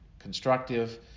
constructive